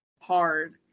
hard